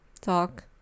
talk